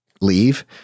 leave